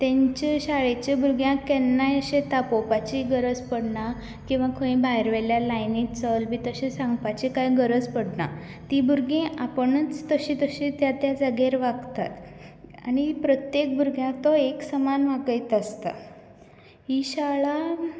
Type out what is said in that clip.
तांचे शाळेचे भुरग्याक केन्नाय अशें तापोवपाची गरज पडना किंवा खंय भायर व्हेल्यार लायनीत चल बी तशें सांगपाची कांय गरज पडना तीं भुरगीं आपणच तशीं तशीं त्या त्या जाग्यार वागतात आनी प्रत्येक भुरग्याक तो एक समान वागयत आसता ही शाळा